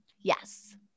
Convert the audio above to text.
Yes